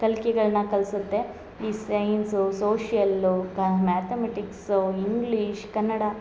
ಕಲ್ಕಿಗಳ್ನ ಕಲ್ಸುತ್ತೆ ಈ science social ಕ ಮ್ಯಾತಮೆಟಿಕ್ಸು ಇಂಗ್ಲೀಷ್ ಕನ್ನಡ